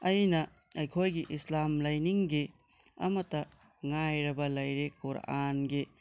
ꯑꯩꯅ ꯑꯩꯈꯣꯏꯒꯤ ꯏꯁꯂꯥꯝ ꯂꯥꯏꯅꯤꯡꯒꯤ ꯑꯃꯇ ꯉꯥꯏꯔꯕ ꯂꯥꯏꯔꯤꯛ ꯀꯨꯔꯥꯟꯒꯤ